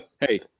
hey